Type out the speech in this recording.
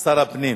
שר הפנים.